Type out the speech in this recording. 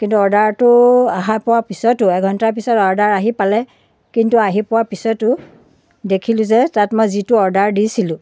কিন্তু অৰ্ডাৰটো আহি পোৱা পিছতো এঘণ্টাৰ পিছত অৰ্ডাৰ আহি পালে কিন্তু আহি পোৱাৰ পিছতো দেখিলোঁ যে তাত মই যিটো অৰ্ডাৰ দিছিলোঁ